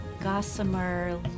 gossamer